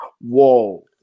Whoa